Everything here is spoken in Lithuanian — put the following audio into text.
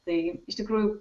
tai iš tikrųjų